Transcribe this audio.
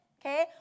okay